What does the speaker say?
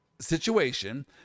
situation